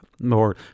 more